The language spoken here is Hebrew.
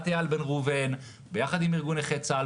אייל בן ראובן ביחד עם ארגון נכי צה"ל.